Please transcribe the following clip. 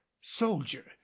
soldier